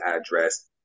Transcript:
address